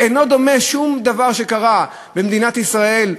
אינו דומה שום דבר שקרה במדינת ישראל,